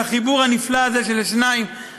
על החיבור הנפלא של השניים.